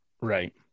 Right